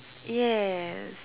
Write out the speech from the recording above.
yes